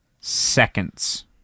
seconds